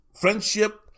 friendship